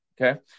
Okay